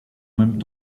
même